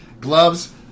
gloves